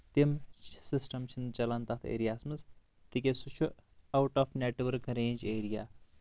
تِم سسٹم چھِنہٕ چلان تتھ ایریاہس منٛز کینٛہہ تِکیٛازِ سُہ چھُ out of network range area